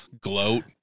Gloat